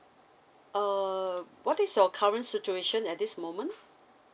uh what is your current situation at this moment